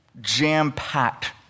jam-packed